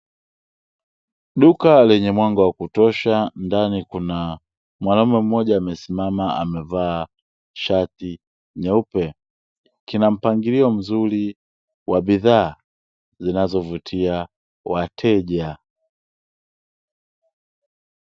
Duka lenye mwanga wa kutosha ndani kuna mwanaume mmoja amesimama amevaa shati nyeupe, kina mpangilio mzuri wa bidhaa ambazo zinazovutia wateja.